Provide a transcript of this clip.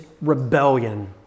rebellion